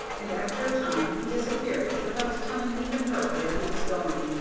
and after a time he disappeared without telling even her where he was going,